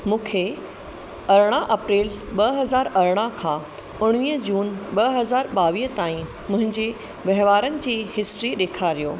मूंखे अरिड़हं अप्रैल ॿ हज़ार अरिड़हं खां उणिवीह जून ॿ हज़ार ॿावीह ताईं मुंहिंजी वहिंवारनि जी हिस्ट्री ॾेखारियो